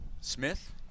Smith